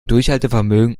durchhaltevermögen